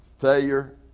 Failure